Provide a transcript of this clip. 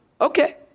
Okay